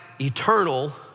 eternal